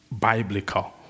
biblical